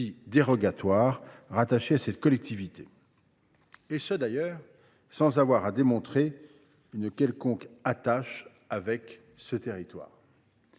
dérogatoire, rattaché à cette collectivité, et ce sans avoir à démontrer un quelconque lien avec ce territoire.